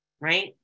right